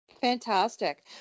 Fantastic